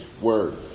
word